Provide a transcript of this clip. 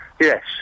Yes